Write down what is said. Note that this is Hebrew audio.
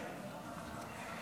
צודק.